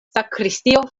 sakristio